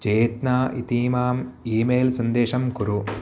चेत्ना इतीमाम् email सन्देशं कुरु